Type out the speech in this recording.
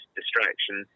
distraction